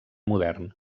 modern